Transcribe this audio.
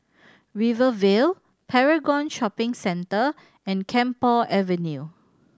Rivervale Paragon Shopping Centre and Camphor Avenue